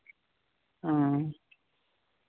ᱚ